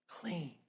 Clean